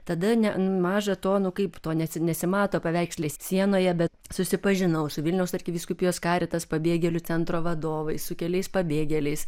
tada ne maža to nu kaip to ne nesimato paveiksle sienoje bet susipažinau su vilniaus arkivyskupijos caritas pabėgėlių centro vadovais su keliais pabėgėliais